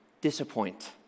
disappoint